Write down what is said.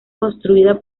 construida